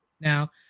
now